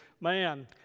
man